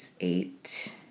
Eight